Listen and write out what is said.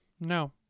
no